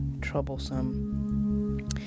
troublesome